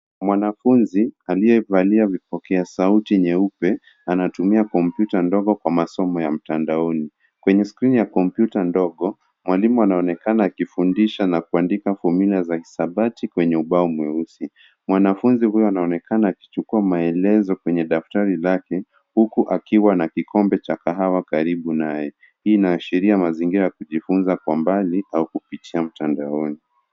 Mwanafunzi anayetumia vipokeasauti nyeupe anatumia kompyuta ndogo kwa masomo ya mtandaoni. Kwenye skrini ya kompyuta ndogo, mwalimu anaonekana akifundisha na kuandika fomyula za hisabati kwenye ubao mweusi. Mwanafunzi huyo anaonekana akichukua maelezo kwenye daftari lake huku akiwa na kikombe cha kahawa karibu naye. Hii inaashiria mazingira ya kujifunza kwa mbali au kupitia mtandaoni.